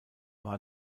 war